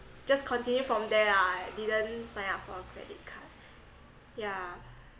just continue from there lah I didn't sign up for a credit card yeah